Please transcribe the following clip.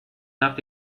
nach